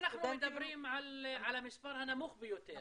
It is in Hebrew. אם אנחנו מדברים על המספר הנמוך ביותר,